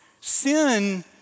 sin